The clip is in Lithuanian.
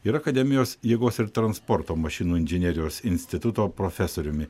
ir akademijos jėgos ir transporto mašinų inžinerijos instituto profesoriumi